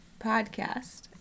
podcast